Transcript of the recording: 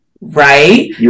Right